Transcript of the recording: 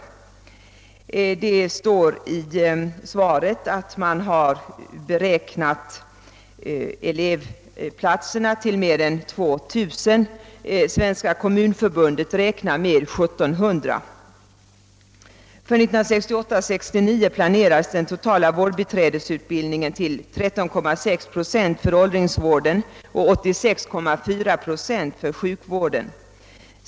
Statsrådet säger i sitt svar att man har beräknat elevplatsantalet till mer än 2000, men Svenska kommunförbundet räknar med 1 700. För läsåret 1968/69 planerades den totala vårdbiträdesutbildningen bli fördelad med 13,6 procent för åldringsvården och 86,4 procent för sjukvården.